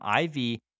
IV